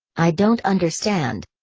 i don't understand.